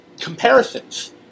comparisons